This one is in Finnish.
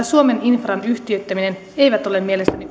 suomen infran yhtiöittäminen eivät ole mielestäni